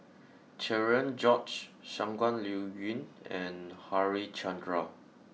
Cherian George Shangguan Liuyun and Harichandra